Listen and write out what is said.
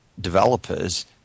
developers